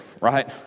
Right